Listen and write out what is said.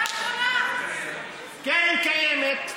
הקרן הקיימת,